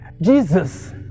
Jesus